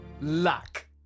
Luck